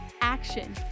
Action